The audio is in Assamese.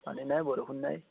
পানী নাই বৰষুণ নাই